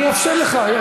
אני אאפשר לך.